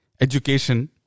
education